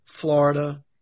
Florida